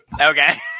Okay